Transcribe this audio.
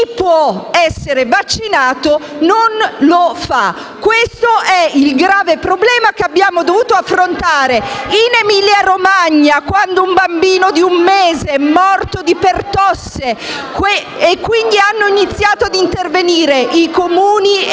della senatrice Taverna)*. Questo è il grave problema che abbiamo dovuto affrontare in Emilia-Romagna, quando un bambino di un mese è morto di pertosse e quindi hanno iniziato a intervenire i Comuni e le Regioni.